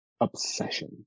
obsession